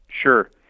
Sure